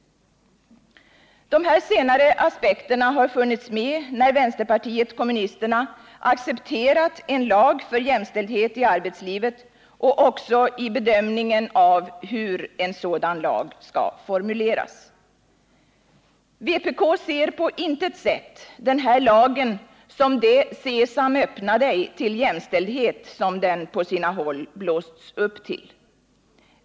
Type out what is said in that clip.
Dessa senare aspekter har funnits med när vänsterpartiet kommunisterna en sådan lag skall formuleras. Vpk ser på intet sätt den här lagen som det ”sesam öppna dig” till jämställdhet, som den på sina håll blåsts upp till.